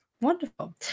Wonderful